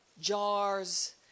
jars